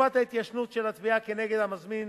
תקופת ההתיישנות של התביעה כנגד המזמין